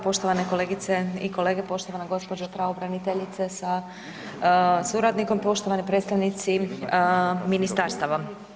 Poštovane kolegice i kolege, poštovana gospođo pravobraniteljice sa suradnikom, poštovani predstavnici ministarstava.